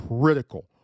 critical